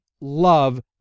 love